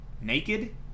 naked